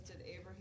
Abraham